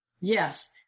Yes